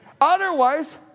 otherwise